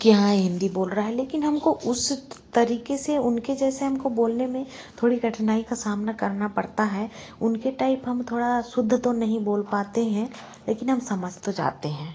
कि हाँ हिंदी बोल रहा है लेकिन हमको उस तरीके से उनके जैसे हमको बोलने में थोड़ी कठिनाई का सामना करना पड़ता है उनके टाइप हम थोड़ा शुद्ध तो नहीं बोल पाते हैं लेकिन हम समझ तो जाते हैं